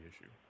issue